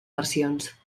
versions